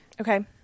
Okay